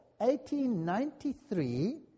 1893